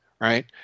right